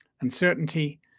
uncertainty